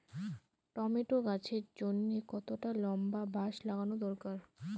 Tomato গাছের জন্যে কতটা লম্বা বাস লাগানো দরকার?